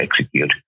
execute